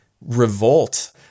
revolt